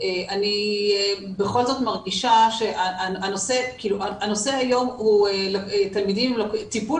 בכל זאת מרגישה שהנושא היום הוא טיפול